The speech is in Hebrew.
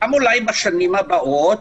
גם אולי בשנים הבאות.